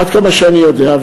עד כמה שאני יודע,